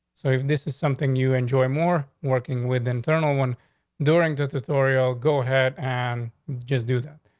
so if this is something you enjoy more working with internal one during dictatorial, go ahead and just do that.